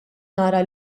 nara